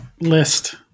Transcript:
list